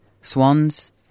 Swans